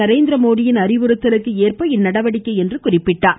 நரேந்திரமோதியின் அறிவுறுத்தலுக்கு ஏற்ப இந்நடவடிக்கை என்றார்